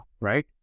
right